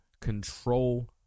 control